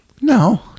No